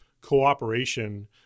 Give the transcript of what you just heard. cooperation